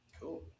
Cool